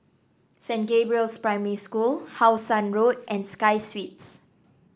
Saint Gabriel's Primary School How Sun Road and Sky Suites